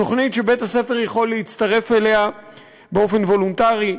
תוכנית שבית-הספר יכול להצטרף אליה באופן וולונטרי.